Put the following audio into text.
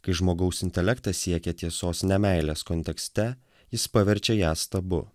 kai žmogaus intelektas siekia tiesos ne meilės kontekste jis paverčia ją stabu